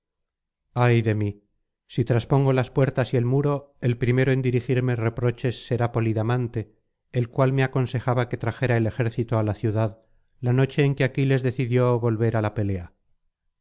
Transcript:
ay de mí si traspongo las puertas y el muro el primero en dirigirme reproches será polidamante el cual me aconsejaba que trajera el ejército á la ciudad la noche en que aquiles decidió volver ala pelea